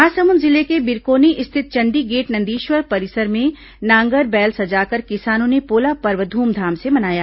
महासमुन्द जिले के बिरकोनी स्थित चंडी गेट नंदीश्वर परिसर में नांगर बैल सजाकर किसानों ने पोला पर्व धूमधाम से मनाया